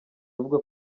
avuga